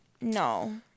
No